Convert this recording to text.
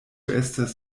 estas